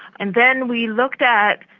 and then we looked at,